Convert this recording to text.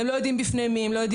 הם לא יודעים בפני מי ואיפה.